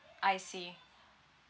I see